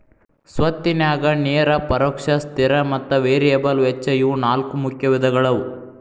ಸ್ವತ್ತಿನ್ಯಾಗ ನೇರ ಪರೋಕ್ಷ ಸ್ಥಿರ ಮತ್ತ ವೇರಿಯಬಲ್ ವೆಚ್ಚ ಇವು ನಾಲ್ಕು ಮುಖ್ಯ ವಿಧಗಳವ